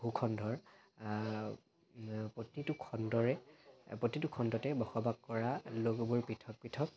ভূ খণ্ডৰ প্ৰতিটো খণ্ডৰে প্ৰতিটো খণ্ডতে বসবাস কৰা লোকবোৰ পৃথক পৃথক